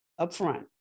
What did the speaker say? upfront